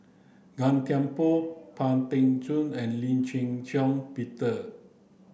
Gan Thiam Poh Pang Teck Joon and Lee Shih Shiong Peter